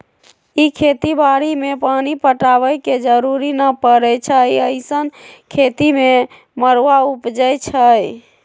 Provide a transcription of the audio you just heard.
इ खेती बाड़ी में पानी पटाबे के जरूरी न परै छइ अइसँन खेती में मरुआ उपजै छइ